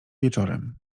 wieczorem